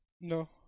no